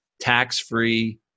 tax-free